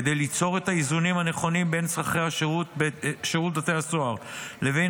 כדי ליצור את האיזונים הנכונים בין צורכי שירות בתי הסוהר לבין